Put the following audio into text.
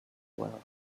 well